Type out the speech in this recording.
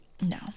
No